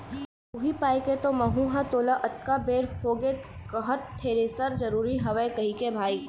उही पाय के तो महूँ ह तोला अतका बेर होगे कहत थेरेसर जरुरी हवय कहिके भाई